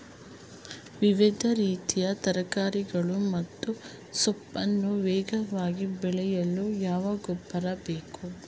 ವಿವಿಧ ರೀತಿಯ ತರಕಾರಿಗಳು ಮತ್ತು ಸೊಪ್ಪನ್ನು ವೇಗವಾಗಿ ಬೆಳೆಯಲು ಯಾವ ಗೊಬ್ಬರ ಬೇಕು?